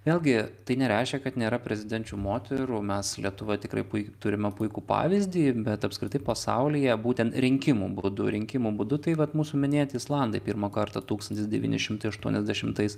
vėlgi tai nereiškia kad nėra prezidenčių moterų mes lietuva tikrai puiki turime puikų pavyzdį bet apskritai pasaulyje būtent rinkimų būdu rinkimų būdu tai vat mūsų minėti islandai pirmą kartą tūkstantis devyni šimtai aštuoniasdešimtais